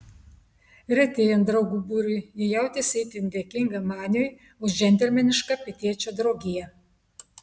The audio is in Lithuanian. retėjant draugų būriui ji jautėsi itin dėkinga maniui už džentelmenišką pietiečio draugiją